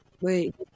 Wait